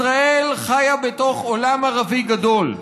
ישראל חיה בתוך עולם ערבי גדול.